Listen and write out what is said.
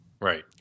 Right